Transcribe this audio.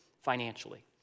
financially